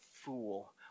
fool